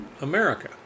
America